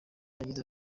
yagize